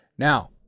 Now